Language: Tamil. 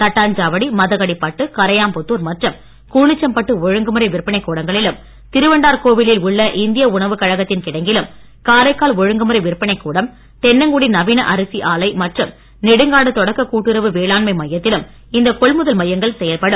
தட்டாஞ்சாவடி மதகடிப்பட்டு கரையாம்புதூர் மற்றும் கூனிச்சம்பட்டு ஒழுங்குமுறை விற்பனைக் கூடங்களிலும் திருவண்டார் கோவிலில் உள்ள இந்திய உணவுக் கழகத்தின் கிடங்கிலும் காரைக்கால் ஒழுங்குமுறை விற்பனைக் கூடம் தென்னங்குடி நவீன அரிசி ஆலை மற்றும் நெடுங்காடு தொடக்க கூட்டுறவு வேளாண்மை மையத்திலும் இந்த கொள்முதல் மையங்கள் செயல்படும்